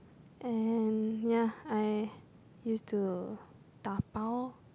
and ya I used to dabao